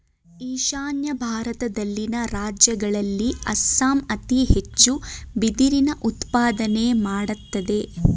ಈಶಾನ್ಯ ಭಾರತದಲ್ಲಿನ ರಾಜ್ಯಗಳಲ್ಲಿ ಅಸ್ಸಾಂ ಅತಿ ಹೆಚ್ಚು ಬಿದಿರಿನ ಉತ್ಪಾದನೆ ಮಾಡತ್ತದೆ